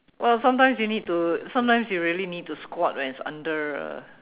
well sometimes you need to sometimes you really need to squat when it's under a